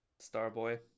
Starboy